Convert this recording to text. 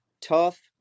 tough